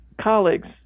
colleagues